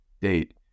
date